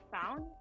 found